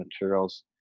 materials